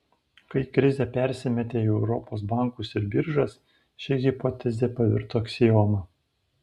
kai krizė persimetė į europos bankus ir biržas ši hipotezė pavirto aksioma